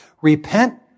Repent